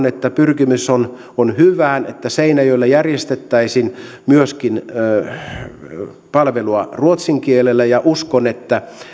että pyrkimys on on hyvä että seinäjoella järjestettäisiin palvelua myöskin ruotsin kielellä ja uskon että